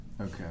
Okay